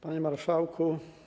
Panie Marszałku!